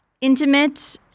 intimate